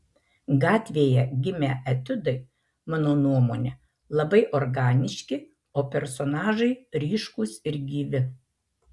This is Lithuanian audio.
gatvėje gimę etiudai mano nuomone labai organiški o personažai ryškūs ir gyvi